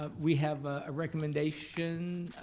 ah we have a recommendation,